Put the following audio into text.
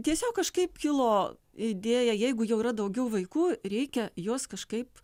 tiesiog kažkaip kilo idėja jeigu jau yra daugiau vaikų reikia juos kažkaip